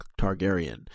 Targaryen